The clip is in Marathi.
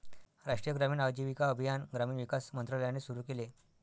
राष्ट्रीय ग्रामीण आजीविका अभियान ग्रामीण विकास मंत्रालयाने सुरू केले